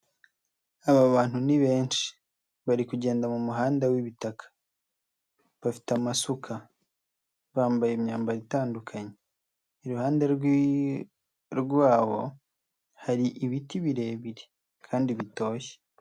Aba bantu ni benshi. Bari kugenda mu muhanda w'ibitaka. Bafite amasuka. Bambaye imyambaro itandukanye. Iruhande rwabo hari ibiti birebire kandi bitoshye.